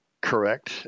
correct